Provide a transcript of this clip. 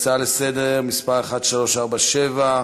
הצעה לסדר-היום מס' 1347,